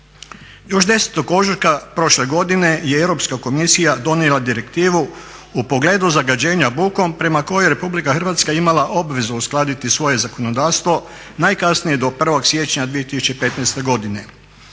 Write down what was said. Još 10. ožujka prošle godine je Europska komisija donijela direktivu u pogledu zagađenja bukom prema kojoj je RH imala obvezu uskladiti svoje zakonodavstvo najkasnije do 1. siječnja 2015. godine.